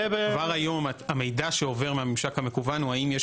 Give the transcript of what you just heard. כבר היום המידע שעובר מהממשק המקוון הוא האם יש